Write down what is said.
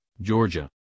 georgia